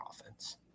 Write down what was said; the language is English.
offense